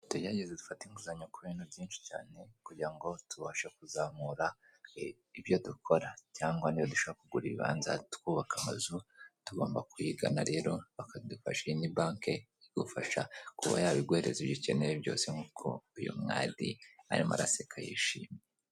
Tugerageza dufate inguzanyo ku bintu byinshi cyane kugira ngo tubashe kuzamura ibyo dukora ,cyangwa niyo dushaka kugura ibibanza twubaka amazu tugomba kuyigana rero bakadufasha iyi ni banki igufasha kuba yabiguhereza ibyo ukeneye byose nkuko uyu mwari arimo araseka yishimye.